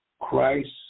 Christ